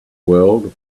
world